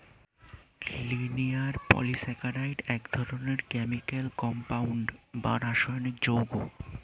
linear polysaccharide এক ধরনের chemical compound বা রাসায়নিক যৌগ